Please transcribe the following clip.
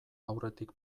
aurretik